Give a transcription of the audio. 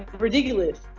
ah ridiculous.